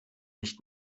nicht